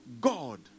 God